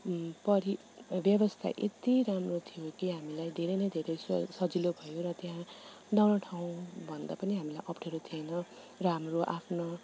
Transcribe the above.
परि व्यवस्ता यति राम्रो थियो कि हामीलाई धेरै नै धेरै सजिलो भयो र त्यहाँ नौलो ठाउँँभन्दा पनि हामीलाई अप्ठ्यारो थिएन र हाम्रो आफ्नो